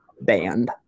band